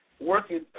working